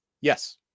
Yes